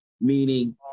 Meaning